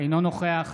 אינו נוכח